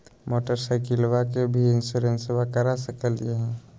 मोटरसाइकिलबा के भी इंसोरेंसबा करा सकलीय है?